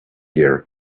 gear